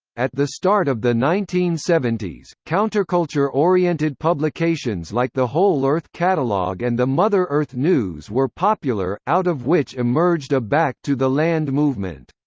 at the start of the nineteen seventy s, counterculture-oriented publications like the whole earth catalog and the mother earth news were popular, out of which emerged a back to the land movement.